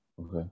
Okay